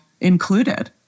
included